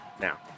now